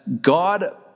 God